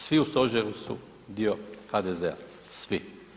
Svi u stožeru su dio HDZ-a, svi.